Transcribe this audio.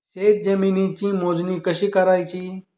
शेत जमिनीची मोजणी कशी करायची?